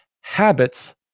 habits